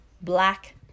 black